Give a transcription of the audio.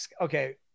Okay